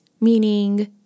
meaning